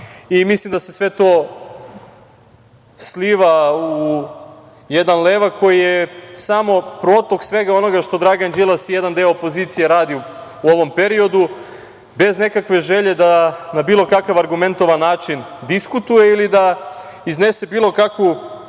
Mislim da se sve to sliva u jedan levak koji je samo protok svega onoga što Dragan Đilas i jedan deo opozicije radi u ovom periodu, bez nekakve želje da na bilo kakav argumentovan način diskutuje ili da iznese bilo kakvu